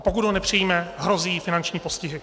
Pokud ho nepřijme, hrozí jí finanční postihy.